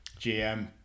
GM